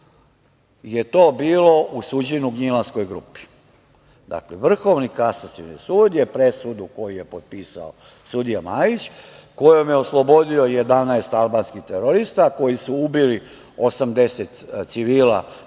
je to bilo u suđenju „Gnjilanskoj grupi“. Vrhovni kasacioni sud je presudu koju je potpisao sudija Majić, kojom je oslobodio 11 albanskih terorista, koji su ubili 80 civila,